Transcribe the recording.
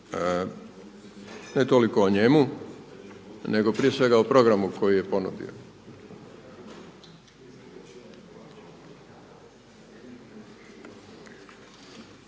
ne toliko o njemu nego prije svega o programu koji je ponudio,